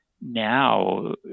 now